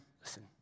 listen